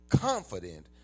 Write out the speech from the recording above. confident